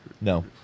No